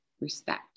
respect